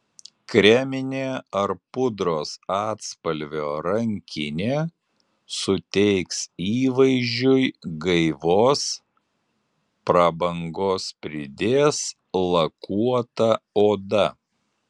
kreminė ar pudros atspalvio rankinė suteiks įvaizdžiui gaivos prabangos pridės lakuota oda